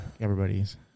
Everybody's